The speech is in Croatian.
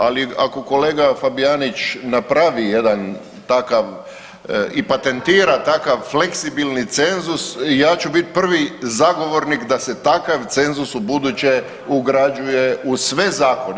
Ali ako kolega Fabijanić napravi jedan takav i patentira takav fleksibilni cenzus ja ću biti prvi zagovornik da se takav cenzus ubuduće ugrađuje u sve zakone.